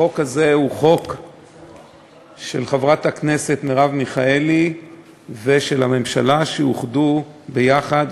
החוק הזה הוא חוק של חברת הכנסת מרב מיכאלי וחוק של הממשלה שאוחדו ביחד,